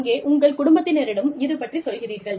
அங்கே உங்கள் குடும்பத்தினரிடம் இது பற்றிச் சொல்கிறீர்கள்